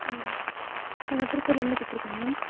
ஆ நாங்கள் திருப்பூர்லேருந்து கூப்பிட்ருக்கோம் மேம்